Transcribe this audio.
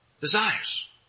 desires